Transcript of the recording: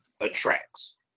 attracts